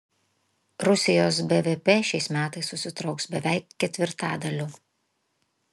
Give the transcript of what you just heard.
rusijos bvp šiais metais susitrauks beveik ketvirtadaliu